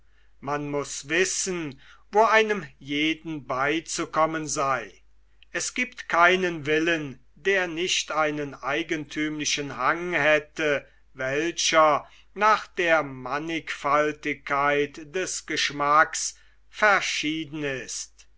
man muß wissen wo einem jeden beizukommen sei es giebt keinen willen der nicht einen eigentümlichen hang hätte welcher nach der mannigfaltigkeit des geschmacks verschieden ist